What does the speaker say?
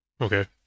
Okay